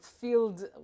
field